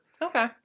Okay